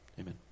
amen